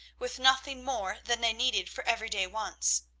with nothing more than they needed for everyday wants.